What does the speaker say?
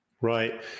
Right